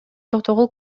токтогул